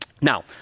Now